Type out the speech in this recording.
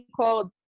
called